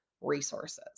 resources